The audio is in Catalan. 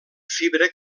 fibra